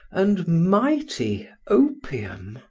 and mighty opium!